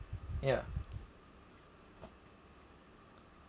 ya